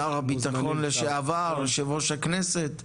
שר הביטחון לשעבר, יושב ראש הכנסת יגיעו.